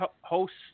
hosts